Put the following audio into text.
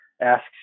asks